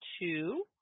two